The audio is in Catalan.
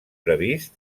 previst